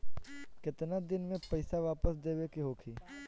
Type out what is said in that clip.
केतना दिन में पैसा वापस देवे के होखी?